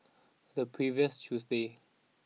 the previous Tuesday